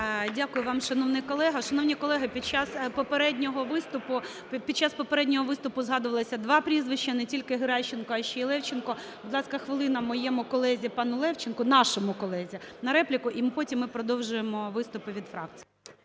Дякую вам, шановний колего. Шановні колеги. Під час попереднього виступу, під час попереднього виступу згадувалося два прізвища не тільки Геращенко, а ще й Левченко. Будь ласка, моєму колезі пану Левченку, нашому колезі на репліку і потім ми продовжуємо виступи від фракцій.